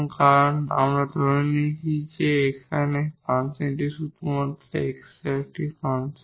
কারণ আমরা ধরে নিয়েছি যে এখানে এই ফাংশনটি শুধুমাত্র x এর একটি ফাংশন